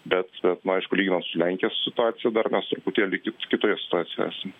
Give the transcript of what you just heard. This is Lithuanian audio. bet nu aišku lyginant su lenkijos situacija dar mes truputėlį kitoje situacijoj esam